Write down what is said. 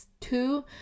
two